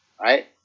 Right